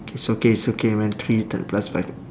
K it's okay it's okay man three t~ plus five